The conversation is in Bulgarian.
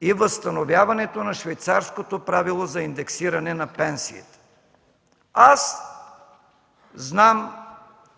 и възстановяването на Швейцарското правило за индексиране на пенсиите. Аз знам,